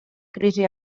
crisi